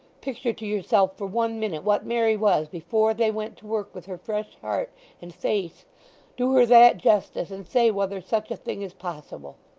picture to yourself for one minute what mary was before they went to work with her fresh heart and face do her that justice and say whether such a thing is possible